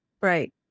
Right